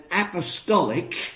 apostolic